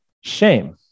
shame